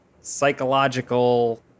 psychological